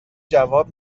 جواب